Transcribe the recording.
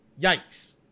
yikes